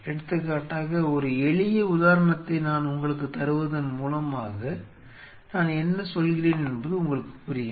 எடுத்துக்காட்டாக ஒரு எளிய உதாரணத்தை நான் உங்களுக்குத் தருவதன் மூலமாக நான் என்ன சொல்கிறேன் என்பது உங்களுக்குப் புரியும்